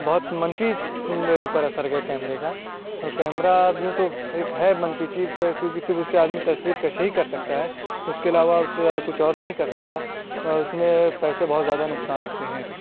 بہت منفی میرے اوپر اثر گیا کیمرے کا اور کمیرہ بھی تو ایک ہے منفی چیز کیونکہ صرف اس سے آدمی تصویرکشی ہی کر سکتا ہے اس کے علاوہ اس سے زیادہ کچھ اور نہیں کر سکتا اور اس میں پیسے بہت زیادہ نقصان ہوتے ہیں